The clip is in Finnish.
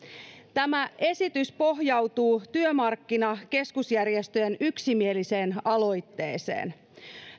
tämä esitys pohjautuu työmarkkinakeskusjärjestöjen yksimieliseen aloitteeseen